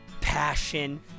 passion